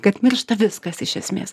kad miršta viskas iš esmės